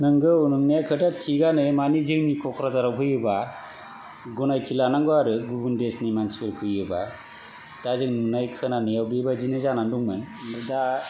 नोंगौ नंनाया खोथाया थिगानो मानि जोंनि क'क्राझाराव फैयोबा गनायथि लानांगौ आरो गुबुन देशनि मान्थि फैयोबा दा जों नुनाय खोनानायाव बे बायदिनो जानानै दंनो आमफ्राय दा